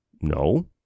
No